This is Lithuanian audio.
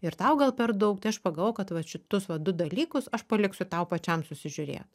ir tau gal per daug tai aš pagalvojau kad vat šitus va du dalykus aš paliksiu tau pačiam susižiūrėt